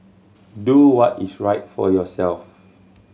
do what is right for yourself